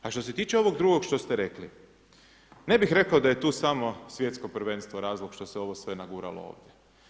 A što se tiče ovog drugog što ste rekli, ne bih rekao da tu samo svjetsko prvenstvo razlog što se ovo sve naguralo ovdje.